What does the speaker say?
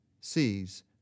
sees